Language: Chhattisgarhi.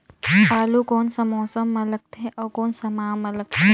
आलू कोन सा मौसम मां लगथे अउ कोन सा माह मां लगथे?